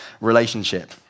relationship